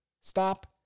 Stop